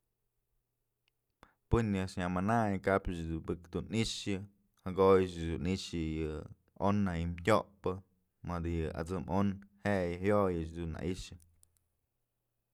Pën nëkx nya manayn kapch mëbëk dun i'ixë jakoyëch dun i'ixë yë on na ji'i tyopyë madë yë at'sëm on je'e jayoyëch dun na i'ixë.